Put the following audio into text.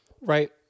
Right